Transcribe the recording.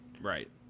Right